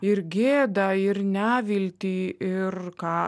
ir gėdą ir neviltį ir ką